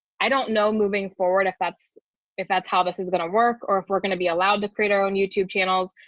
i don't know moving forward if that's if that's how this is going to work or if we're going to be allowed to create our own youtube channels.